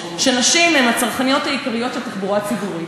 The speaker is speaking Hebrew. שנשים הן הצרכניות העיקריות של התחבורה הציבורית.